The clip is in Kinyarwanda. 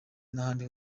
n’ahandi